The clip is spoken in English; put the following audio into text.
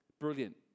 Brilliant